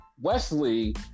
Wesley